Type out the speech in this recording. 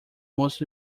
most